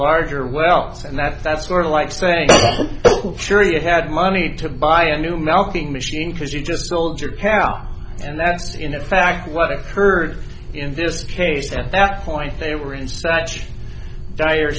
larger well and that's that's sort of like saying sure you had money to buy a new melting machine because you just told your pal and that's in a fact what occurred in this case at that point they were in such dire